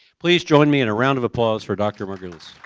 please join me in a round of applause for dr. margulies.